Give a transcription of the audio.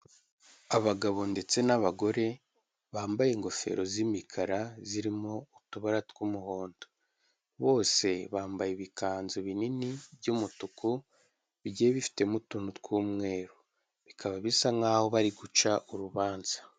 Abagabo ndetse n'abagore bambaye ingofero z'imikara zirimo utubara tw'umuhondo, bose bambaye ibikanzu binini by'umutuku bigiye bifitemo utuntu tw'umweru, bikaba bisa nkaho bari guca urubanza.